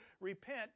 Repent